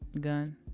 gun